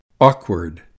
awkward